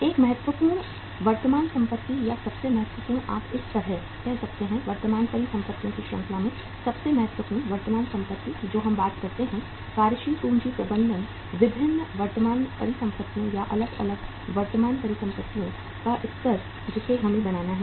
एक महत्वपूर्ण वर्तमान संपत्ति या सबसे महत्वपूर्ण आप इस तरह कह सकते हैं वर्तमान परिसंपत्तियों की श्रृंखला में सबसे महत्वपूर्ण वर्तमान संपत्ति जो हम बात करते हैं कार्यशील पूंजी प्रबंधन विभिन्न वर्तमान परिसंपत्तियां या अलग अलग वर्तमान परिसंपत्तियों का स्तर जिसे हमें बनाना है